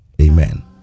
Amen